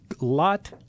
lot